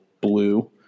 blue